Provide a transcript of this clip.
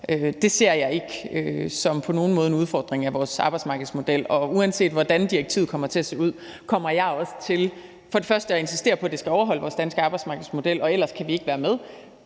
på nogen måde som en udfordring af vores arbejdsmarkedsmodel. Og uanset hvordan direktivet kommer til at se ud, kommer jeg også til at insistere på, at det skal overholde vores danske arbejdsmarkedsmodel – og ellers kan vi ikke være med